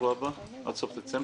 בשבוע הבא, עד סוף דצמבר?